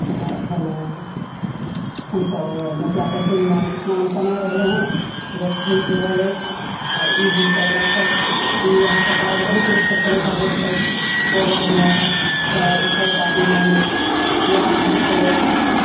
आ एखन हमसब मिथिला पेंटिंग मे नाम कमाय रहलहुॅं हैॅं यश भेट रहल अछि आ ई हमसब राखब ई आहाँके पारम्परिक रूप सँ चलैत आबैत छल कोबर मे दादी लिखै नानी या आहाँके